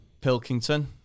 Pilkington